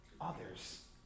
others